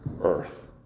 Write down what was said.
earth